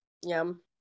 Yum